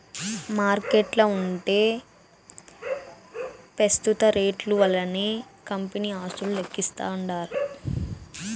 మార్కెట్ల ఉంటే పెస్తుత రేట్లు వల్లనే కంపెనీ ఆస్తులు లెక్కిస్తాండారు